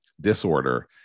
disorder